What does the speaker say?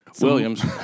Williams